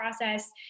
process